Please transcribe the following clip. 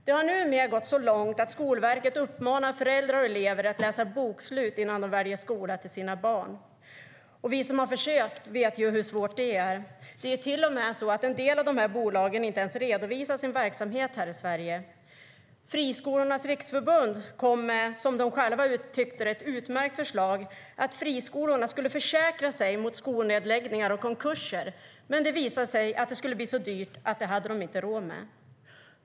Det har numera gått så långt att Skolverket uppmanar föräldrar och elever att läsa bokslut innan de väljer skola till sina barn. Och vi som har försökt vet ju hur svårt det är. Det är till och med så att en del av dessa bolag inte ens redovisar sin verksamhet här i Sverige. Friskolornas riksförbund kom med, som de själva tyckte, ett utmärkt förslag om att friskolorna skulle försäkra sig mot skolnedläggningar och konkurser. Men det visade sig att det skulle bli så dyrt att de inte hade råd med det.